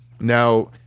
Now